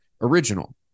original